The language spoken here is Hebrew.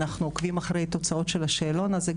אנחנו עוקבים אחרי תוצאות של השאלון הזה,